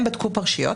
הם בדקו פרשיות